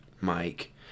Mike